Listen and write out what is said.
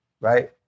right